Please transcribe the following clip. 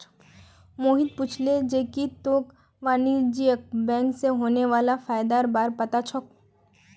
मोहित पूछले जे की तोक वाणिज्यिक बैंक स होने वाला फयदार बार पता छोक